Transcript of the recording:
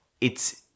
it's-